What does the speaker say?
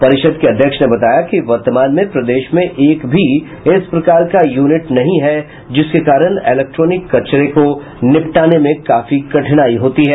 परिषद के अध्यक्ष ने बताया कि वर्तमान में प्रदेश में एक भी इस प्रकार का यूनिट नहीं है जिसके कारण इलेक्ट्रोनिक कचरों को निपटाने में काफी कठिनाई आती है